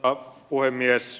arvoisa puhemies